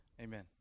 Amen